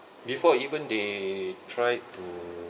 before even they tried to